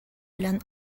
белән